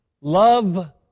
Love